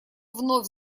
вновь